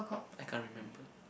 I can't remember